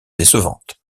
décevantes